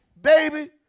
baby